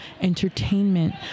entertainment